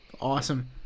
Awesome